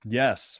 yes